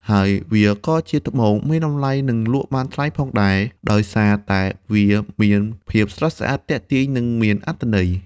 ហើយវាក៏ជាត្បូងមានតម្លៃនិងលក់បានថ្លៃផងដែរ ដោយសារតែវាមានភាពស្រស់ស្អាត ទាក់ទាញនិងមានអត្ថន័យ។